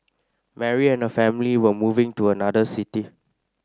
Mary and her family were moving to another city